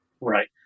Right